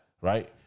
right